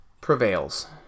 prevails